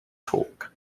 talk